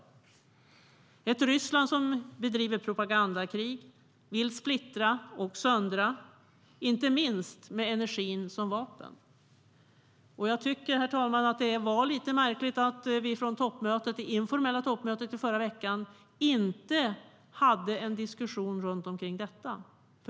Det är ett Ryssland som bedriver propagandakrig, som vill splittra och söndra, inte minst med energin som vapen. Jag tycker, herr talman, att det är lite märkligt att det på det informella toppmötet i förra veckan inte var någon diskussion om detta.